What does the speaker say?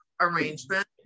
arrangement